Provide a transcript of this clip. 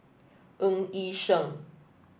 Ng Yi Sheng